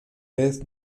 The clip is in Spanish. vez